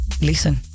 Listen